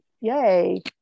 yay